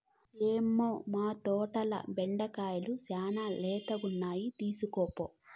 మ్మౌ, మా తోటల బెండకాయలు శానా లేతగుండాయి తీస్కోపో